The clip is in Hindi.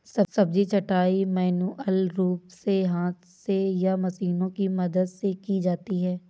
सब्जी छँटाई मैन्युअल रूप से हाथ से या मशीनों की मदद से की जाती है